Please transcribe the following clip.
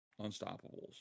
Unstoppables